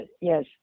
yes